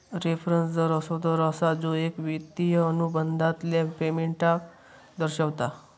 reference दर असो दर असा जो एक वित्तिय अनुबंधातल्या पेमेंटका दर्शवता